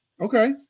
Okay